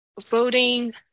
voting